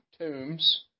tombs